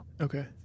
okay